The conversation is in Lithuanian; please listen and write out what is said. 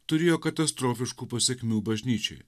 turėjo katastrofiškų pasekmių bažnyčiai